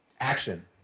Action